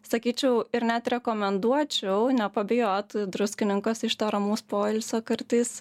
sakyčiau ir net rekomenduočiau nepabijot druskininkuose iš to ramaus poilsio kartais